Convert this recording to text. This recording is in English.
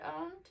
owned